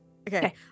Okay